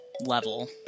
level